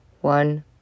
One